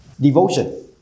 Devotion